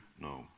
No